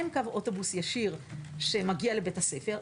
אין קו אוטובוס ישיר שמגיע לבית הספר,